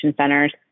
centers